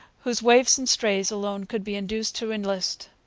whose waifs and strays alone could be induced to enlist.